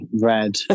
red